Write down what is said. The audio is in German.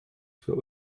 für